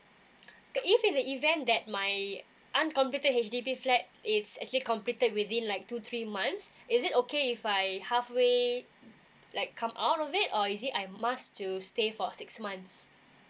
if in the event that my uncompleted H_D_B flat is actually completed within like two three months is it okay if I halfway like come out of it or is it I must still stay for six months